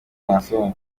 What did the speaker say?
naason